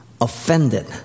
offended